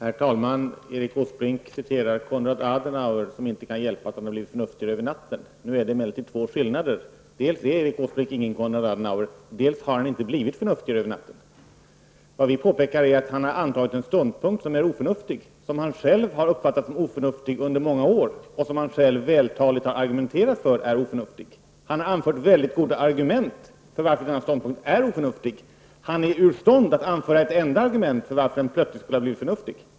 Fru talman! Erik Åsbrink citerade Konrad Adenauer som inte kunde hjälpa att han blev förnuftigare över natten. Det finns emellertid två invändningar mot detta -- dels är Erik Åsbrink ingen Konrad Adenauer, dels har han inte blivit förnuftigare över natten. Vad vi påpekar är att han har intagit en oförnuftig ståndpunkt, en ståndpunkt som han själv under många år har uppfattat som oförnuftig och som Erik Åsbrink vältaligt har argumenterat emot. Han har anfört väldigt goda argument för att denna ståndpunkt är oförnuftig. Han är inte i stånd att anföra ett enda argument för att han plötsligt skulle ha blivit förnuftig.